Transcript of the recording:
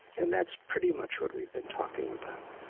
and that's pretty much what we've been talking about.